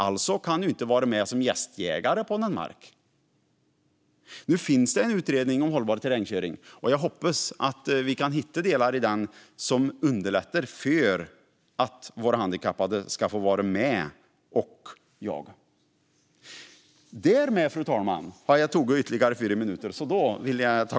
Alltså kan du inte vara med som gästjägare. Nu finns det en utredning om hållbar terrängkörning, och jag hoppas att det finns förslag i den som underlättar för handikappade att vara med och jaga.